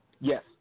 Yes